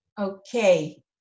Okay